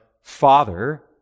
Father